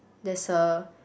there's a